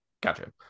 Gotcha